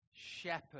Shepherd